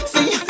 See